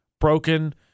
broken